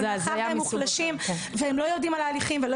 ומאחר שהם מוחלשים ולא יודעים על ההליכים.